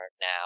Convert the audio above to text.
now